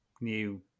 new